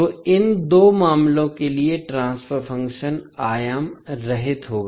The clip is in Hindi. तोइन दो मामलों के लिए ट्रांसफर फ़ंक्शन आयाम रहित होगा